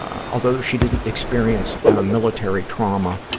although she didn't experience military trauma,